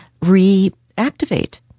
reactivate